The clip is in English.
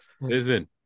listen